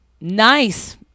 nice